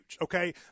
okay